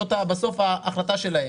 זאת בסוף ההחלטה שלהן.